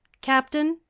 captain?